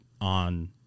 on